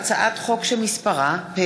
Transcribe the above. הצעת חוק התפזרות הכנסת העשרים,